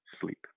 sleep